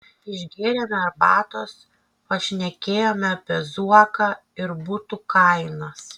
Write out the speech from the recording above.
išgėrėme arbatos pašnekėjome apie zuoką ir butų kainas